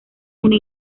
una